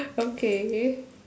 okay